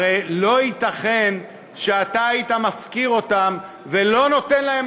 הרי לא ייתכן שאתה היית מפקיר אותם ולא נותן להם